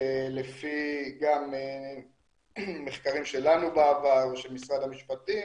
שלפי גם מחקרים שלנו בעבר ושל משרד המשפטים,